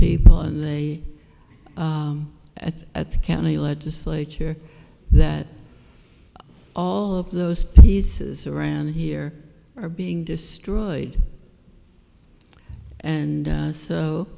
people and they at at the county legislature that all of those pieces around here are being destroyed and